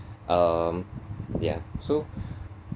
um ya so